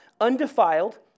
undefiled